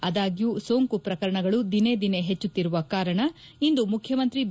ಅದಾಗ್ಯೂ ಸೋಂಕು ಪ್ರಕರಣಗಳು ದಿನೇ ದಿನೇ ಹೆಚ್ಚುತ್ತಿರುವ ಕಾರಣ ಇಂದು ಮುಖ್ಯಮಂತ್ರಿ ಬಿ